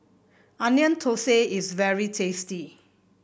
Onion Thosai is very tasty